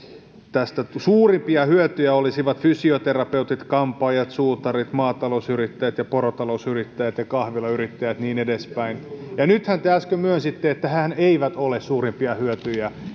tästä suurimpia hyötyjiä olisivat fysioterapeutit kampaajat suutarit maatalousyrittäjät porotalousyrittäjät ja kahvilayrittäjät ja niin edespäin ja nythän te äsken myönsitte että hehän eivät ole suurimpia hyötyjiä